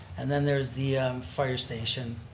and then there's the fire station.